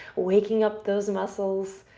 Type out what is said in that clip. waking up those muscles.